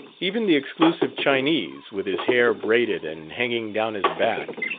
even the exclusive chinese, with his hair braided, and hanging down his back,